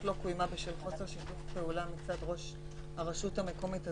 לא קוימה בשל חוסר שיתוף פעולה מצד ראש הרשות המקומית,